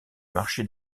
marché